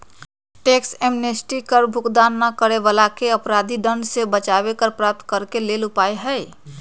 tax amnesty कर भुगतान न करे वलाके अपराधिक दंड से बचाबे कर प्राप्त करेके लेल उपाय हइ